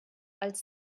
als